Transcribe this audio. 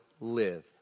live